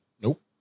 Nope